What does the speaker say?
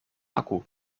akku